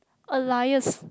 alliance